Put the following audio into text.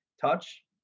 touch